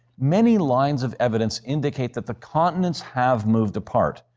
many lines of evidence indicate that the continents have moved apart,